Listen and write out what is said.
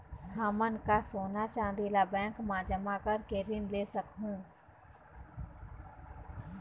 हमन का सोना चांदी ला बैंक मा जमा करके ऋण ले सकहूं?